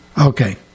Okay